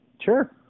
Sure